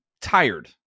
tired